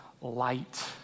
light